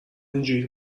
اینجوری